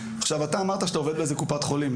אתה אמרת שאתה עובד באיזה קופת חולים.